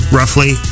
roughly